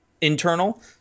Internal